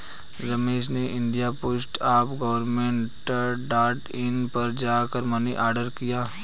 रमेश ने India post dot government dot in पर जा कर मनी ऑर्डर किया